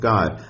God